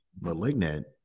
Malignant